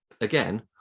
again